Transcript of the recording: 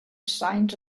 signs